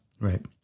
Right